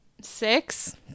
six